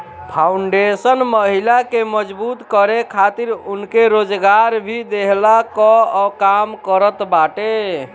foundation महिला के मजबूत करे खातिर उनके रोजगार भी देहला कअ काम करत बाटे